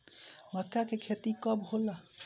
माका के खेती कब होला?